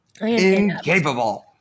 Incapable